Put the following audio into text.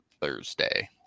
Thursday